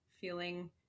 feeling